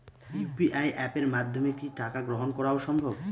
UPI অ্যাপের মাধ্যমে কি টাকা গ্রহণ করাও সম্ভব?